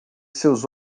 seus